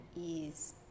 ease